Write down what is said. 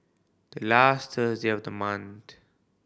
the last Thursday of the month